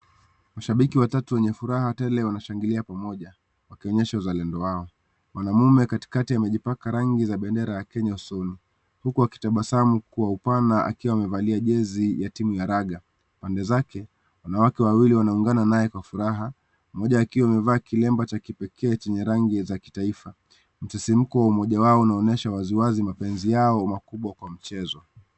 Mashabiki watatu wenye furaha tele wanashangilia pamoja wakionesha uzalendo wao. Mwanaume katika amejibaka rangi za bendera ya kenya usoni huku akitabasamu kwa upana akiwa amevalia jezi ya timu ya raga kando zake kuna watu wameingana naye kwa furaha . Mmoja akiwa amevaa kilemba cha kipekee chenye rangi za kitaifa msisimko wa mmoja wao unaonesha wasiwasi mapenzi yao kwa mchezo.